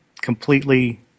completely